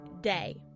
day